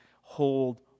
hold